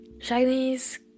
Chinese